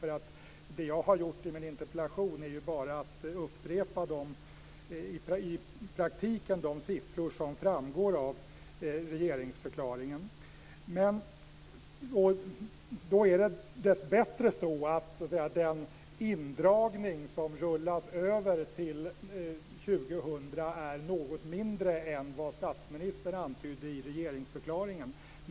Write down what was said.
Vad jag gör i min interpellation är att jag upprepar de siffror som i praktiken framgår av regeringsförklaringen. Dessbättre är den indragning som rullas över till år 2000 något mindre än vad statsministern antydde i regeringsförklaringen.